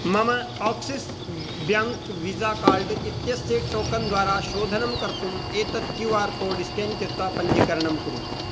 मम Axis bank Visa card इत्यस्य टोकन्द्वारा शोधनं कर्तुम् एतत् क्यू आर् कोड् स्केन् कृत्वा पञ्जीकरणं कुरु